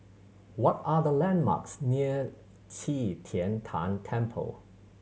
what are the landmarks near Qi Tian Tan Temple